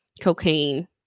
cocaine